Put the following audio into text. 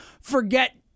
forget